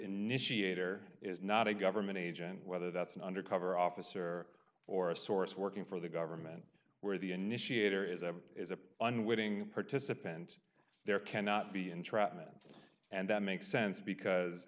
initiator is not a government agent whether that's an undercover officer or a source working for the government where the initiator is a is a unwitting participant there cannot be entrapment and that makes sense because